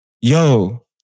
yo